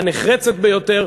הנחרצת ביותר,